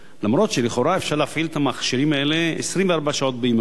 אף שלכאורה אפשר להפעיל את המכשירים האלה 24 שעות ביממה,